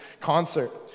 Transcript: concert